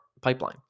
pipeline